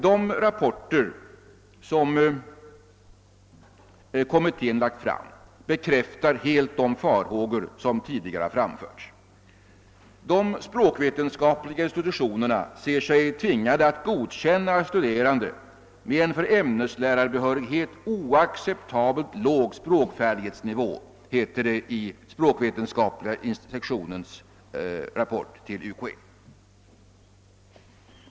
De rapporter som kommittén lagt fram bekräftar helt de farhågor som tidigare framförts. De språkvetenskapliga institutionerna ser sig tvingade att godkänna studenter med en för ämneslärarbehörighet oacceptabelt låg språkfärdighetsnivå, heter det i språkvetenskapliga sektionens rapport till UKÄ.